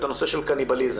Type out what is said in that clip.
את הנושא של קניבליזם.